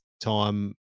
time